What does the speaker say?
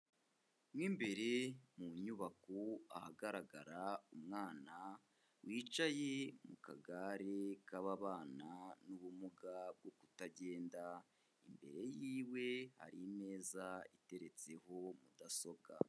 Mo imbere mu nyubako ahagaragara umwana wicaye mu kagare k'ababana n'ubumuga bwo kutagenda, imbere y'iwe hari imeza iteretseho mudasobwa.